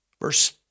Verse